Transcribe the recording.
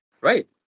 right